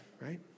right